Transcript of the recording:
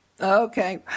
Okay